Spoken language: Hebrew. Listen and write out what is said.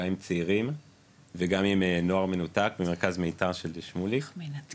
גם עם צעירים וגם עם נוער מנותק במרכז מיתר --- ואני